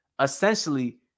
essentially